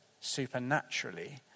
supernaturally